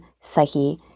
psyche